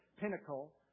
pinnacle